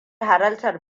halartar